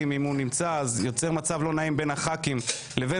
נעים להם